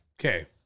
Okay